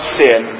sin